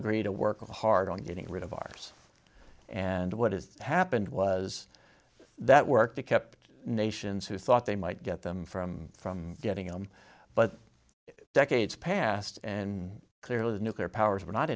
agree to work hard on getting rid of ours and what has happened was that work that kept nations who thought they might get them from from getting them but decades passed and clearly the nuclear powers were not